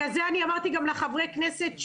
בגלל זה אמרתי גם לחברי הכנסת,